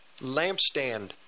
lampstand